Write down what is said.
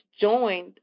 joined